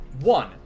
One